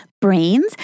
brains